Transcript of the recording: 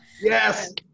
Yes